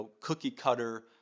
cookie-cutter